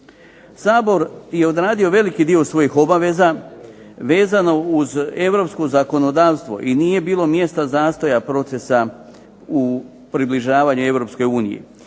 Sabor je odradio veliki dio svojih obaveza vezano uz europsko zakonodavstvo i nije bilo mjesto zastoja procesa u približavanju